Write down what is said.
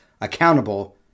accountable